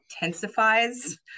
intensifies